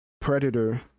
Predator